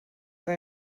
for